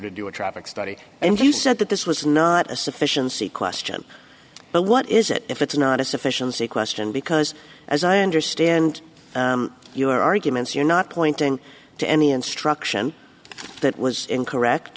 to do a traffic study and you said that this was not a sufficiency question but what is it if it's not a sufficiency question because as i understand your arguments you're not pointing to any instruction that was incorrect